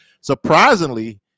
surprisingly